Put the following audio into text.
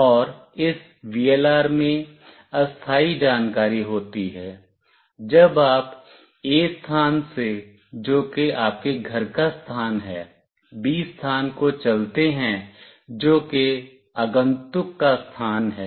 और इस VLR में अस्थायी जानकारी होती है जब आप A स्थान से जो कि आपके घर का स्थान है B स्थान को चलते हैं जो कि आगंतुक का स्थान है